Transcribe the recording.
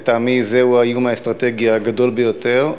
לטעמי זהו האיום האסטרטגי הגדול ביותר,